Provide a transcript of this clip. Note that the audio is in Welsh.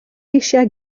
eisiau